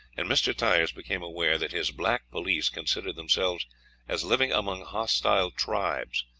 and mr. tyers became aware that his black police considered themselves as living among hostile tribes,